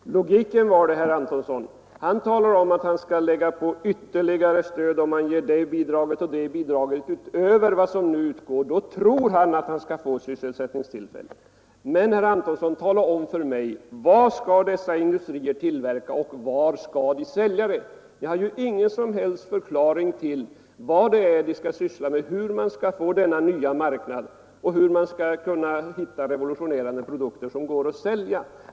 Herr talman! Logiken var det, herr Antonsson! Herr Antonsson talar om att lägga på ytterligare stöd, om man ger det bidraget och det bidraget utöver vad som nu utgår. Därmed tror han att det skall bli sysselsättningstillfällen. Men, herr Antonsson, tala om för mig vad dessa industrier skall tillverka och var de skall sälja produkterna. Vi har inte fått någon förklaring till vad de skall syssla med, hur man skall få denna nya marknad och hur man skall kunna hitta på nya revolutionerande produkter som går att sälja.